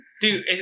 Dude